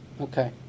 Okay